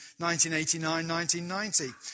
1989-1990